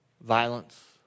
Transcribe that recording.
violence